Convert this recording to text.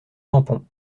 tampon